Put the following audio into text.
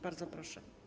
Bardzo proszę.